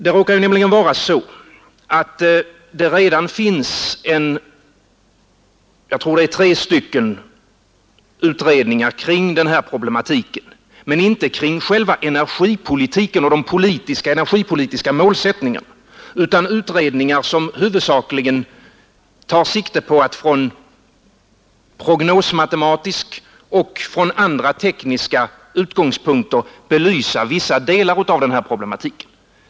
Det råkar nämligen vara på det sättet att det redan finns — om jag inte tar fel — tre utredningar kring denna problematik men inte kring själva energipolitiken och de energipolitiska målsättningarna utan utredningar som huvudsakligen tar sikte på att från prognosmatematiska och andra tekniska synpunkter belysa vissa delar av denna problematik.